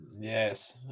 yes